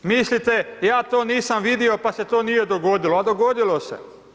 Mislite, ja to nisam vidio pa se to nije dogodilo, a dogodilo se.